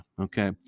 Okay